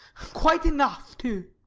quite enough, too.